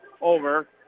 over